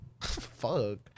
Fuck